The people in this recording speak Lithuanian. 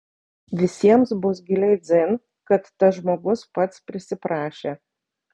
visiems bus giliai dzin kad tas žmogus pats prisiprašė